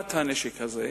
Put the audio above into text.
מכירת הנשק הזה,